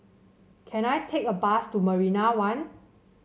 can I take a bus to Marina One